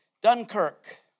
Dunkirk